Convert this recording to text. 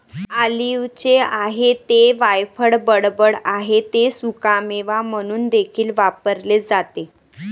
ऑलिव्हचे आहे ते वायफळ बडबड आहे ते सुकामेवा म्हणून देखील वापरले जाते